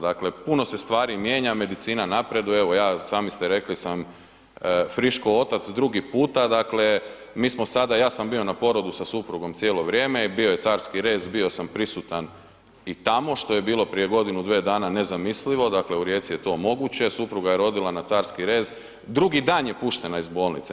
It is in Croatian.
Dakle, puno se stvari mijenja, medicina napreduje, evo ja, sami ste rekli sam friško otac drugi puta, dakle mi smo sada, ja sam bio na porodu sa suprugom cijelo vrijeme i bio je carski rez, bio sam prisutan i tamo, što je bilo prije godinu, dve dana nezamislivo, dakle u Rijeci je to moguće, supruga je rodila na carski rez, drugi dan je puštena iz bolnice.